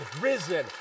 risen